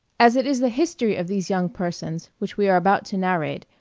as it is the history of these young persons which we are about to narrate,